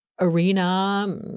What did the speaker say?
arena